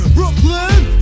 Brooklyn